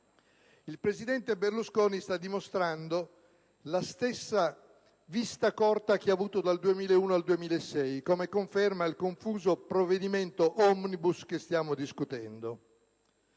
Il presidente Berlusconi sta dimostrando la stessa vista corta che ha avuto dal 2001 al 2006, come conferma il confuso provvedimento *omnibus* che stiamo discutendo.